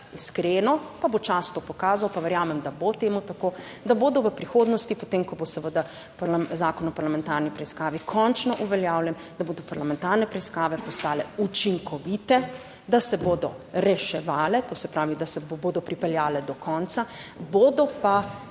iskreno, pa bo čas to pokazal, pa verjamem, da bo temu tako, da bodo v prihodnosti potem, ko bo seveda Zakon o parlamentarni preiskavi končno uveljavljen, da bodo parlamentarne preiskave postale učinkovite, da se bodo reševale, to se pravi, da se bodo pripeljale do konca, bodo pa